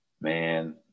man